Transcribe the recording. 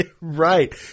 Right